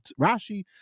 Rashi